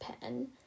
pen